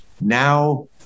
now